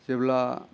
जेब्ला